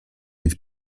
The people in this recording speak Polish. być